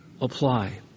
Apply